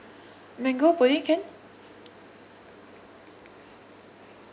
mango pudding can